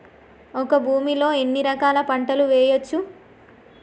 ఒక భూమి లో ఎన్ని రకాల పంటలు వేయచ్చు?